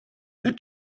the